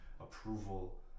approval